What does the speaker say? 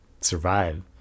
survive